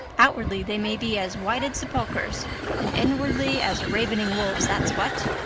outwardly they may be as whited sepulchers and inwardly as ravening wolves, that's what.